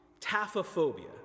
Taphophobia